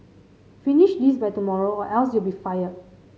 finish this by tomorrow or else you'll be fired